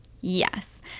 yes